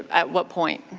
at what point?